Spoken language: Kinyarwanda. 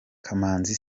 kamanzi